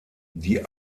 die